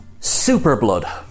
Superblood